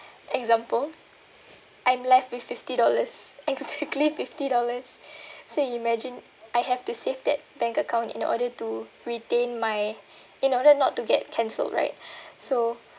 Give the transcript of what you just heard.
example I'm left with fifty dollars exactly fifty dollars so you imagine I have to save that bank account in order to retain my in order not to get cancelled right so